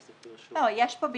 כן, כן.